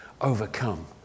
overcome